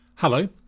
Hello